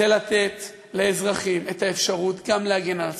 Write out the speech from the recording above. זה לתת לאזרחים את האפשרות גם להגן על עצמם,